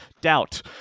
doubt